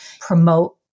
promote